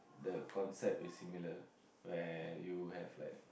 the concept is similar where you have like